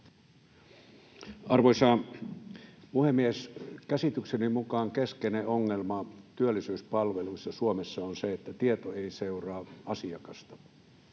Arvoisa puhemies! Käsitykseni mukaan keskeinen ongelma työllisyyspalveluissa Suomessa on se, että tieto ei seuraa asiakasta.